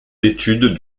d’études